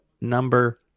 number